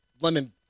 lemon